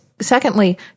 secondly